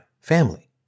family